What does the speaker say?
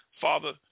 Father